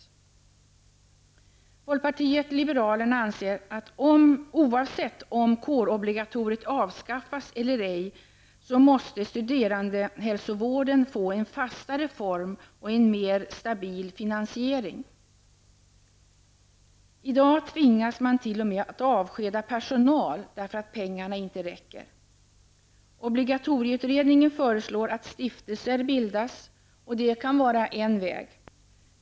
Folkpartiet liberalerna anser att oavsett om kårobligatoriet avskaffas eller ej, måste studerandehälsovården få en fastare form och en mer stabil finansiering. I dag tvingas man t.o.m. att avskeda personal därför att pengarna inte räcker. Obligatorieutredningen föreslår att stiftelser bildas. Det kan vara en väg.